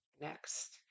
next